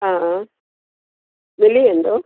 हा मिली वेंदो